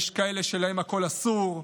יש כאלה שלהם הכול אסור,